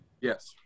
Yes